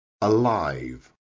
Alive